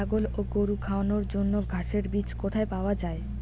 ছাগল ও গরু খাওয়ানোর জন্য ঘাসের বীজ কোথায় পাওয়া যায়?